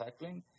recycling